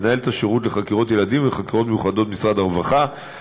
מנהלת השירות לחקירות ילדים ולחקירות מיוחדות במשרד הרווחה,